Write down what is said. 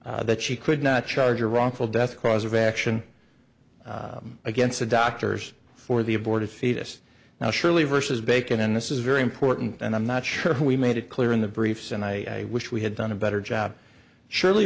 that she could not charge a wrongful death cause of action against the doctors for the aborted fetus now surely versus bacon and this is very important and i'm not sure who we made it clear in the briefs and i wish we had done a better job surely